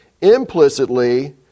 implicitly